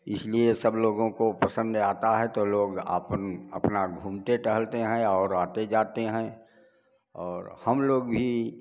इसलिए सब लोगों को पसंद आता है तो लोग अपन अपना घूमते टहलते हैं और आते जाते हैं और हम लोग भी